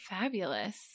Fabulous